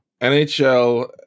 NHL